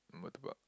Murtabak